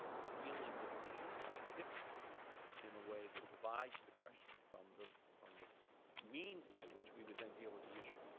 dealing with the issues scientifically in a way that divides the question from the from the means by which we would then deal with the issue.